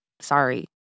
Sorry